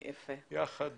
ויחד